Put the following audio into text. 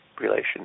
relations